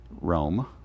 Rome